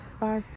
Bye